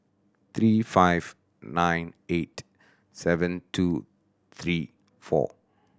three five nine eight seven two three four